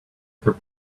their